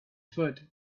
thought